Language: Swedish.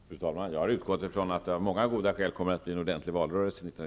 Fru talman! Jag har utgått från att det av många goda skäl kommer att bli en ordentlig valrörelse år